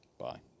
Bye